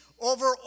over